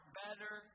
better